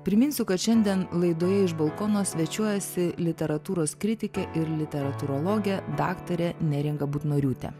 priminsiu kad šiandien laidoje iš balkono svečiuojasi literatūros kritikė ir literatūrologė daktarė neringa butnoriūtė